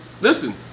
Listen